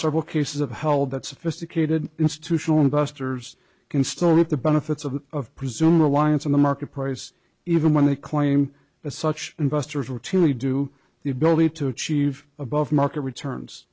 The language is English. several cases of hell that sophisticated institutional investors can still reap the benefits of of presume reliance on the market price even when they claim that such investors routinely do you believe to achieve above market returns